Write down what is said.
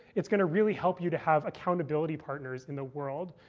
it's going to really help you to have accountability partners in the world.